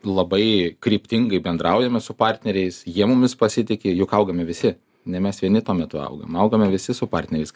labai kryptingai bendraujame su partneriais jie mumis pasitiki juk augame visi ne mes vieni tuo metu augam augame visi su partneriais